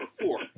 four